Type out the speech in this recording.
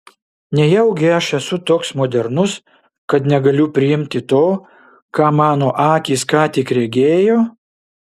nejaugi aš esu toks modernus kad negaliu priimti to ką mano akys ką tik regėjo